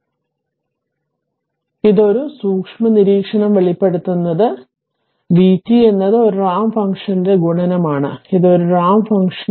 v t വലത് എങ്ങനെ പ്രതിനിധീകരിക്കും അതിനാൽ ഒരു സൂക്ഷ്മ നിരീക്ഷണം വെളിപ്പെടുത്തുന്നത് v t എന്നത് ഒരു റാമ്പ് ഫംഗ്ഷന്റെ ഗുണനമാണ് ഇത് ഒരു റാമ്പ് ഫംഗ്ഷനാണ്